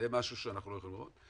זה משהו שאנחנו לא יכולים לראות.